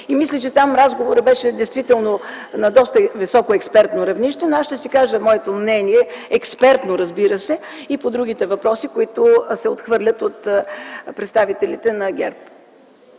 и мисля, че там разговорът беше на доста високо експертно равнище. Аз ще кажа моето експертно мнение, разбира се, и по другите въпроси, които се отхвърлят от представителите на ГЕРБ.